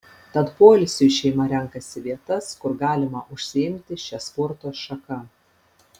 tad poilsiui šeima renkasi vietas kur galima užsiimti šia sporto šaka